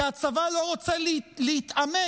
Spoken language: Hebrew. כי הצבא לא רוצה להתעמת